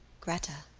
gretta!